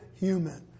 human